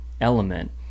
element